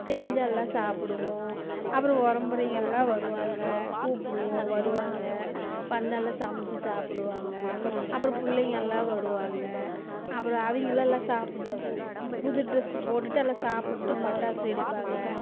செஞ்சு எல்லாம் சாப்பிடுவோம் அப்புறம் உறம்பறைங்க எல்லாம் வருவாங்க கூப்பிடுவோம் வருவாங்க வந்தால் எல்லாம் சமைச்சி சாப்பிடுவாங்க அப்புறம் பிள்ளைங்கெல்லாம் வருவாங்க அப்புறம் அவங்களெல்லாம் சாப்பிட்டு பு புது டிரஸ்ஸு போட்டுவிட்டு எல்லாம் சாப்பிட்டு பட்டாசு வெடிப்பாங்க